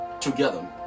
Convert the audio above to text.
together